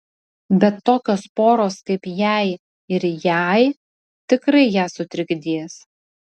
bet tokios poros kaip jei ir jai tikrai ją sutrikdys